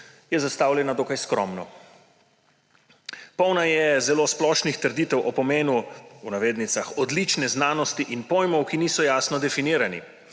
je zastavljena dokaj skromno. Polna je zelo splošnih trditev o pomenu v navednicah »odlične« znanosti in pojmov, ki niso jasno definirani.